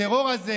הטרור הזה,